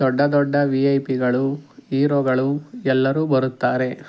ದೊಡ್ಡ ದೊಡ್ಡ ವಿ ಐ ಪಿಗಳು ಈರೋಗಳು ಎಲ್ಲರೂ ಬರುತ್ತಾರೆ